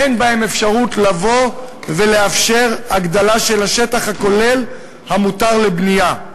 אין בהן אפשרות לבוא ולאפשר הגדלה של השטח הכולל המותר לבנייה.